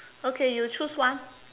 okay you choose one